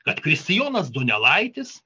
kad kristijonas donelaitis